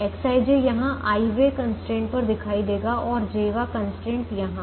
Xij यहां i वे constraint पर दिखाई देगा और j वा कंस्ट्रेंट यहां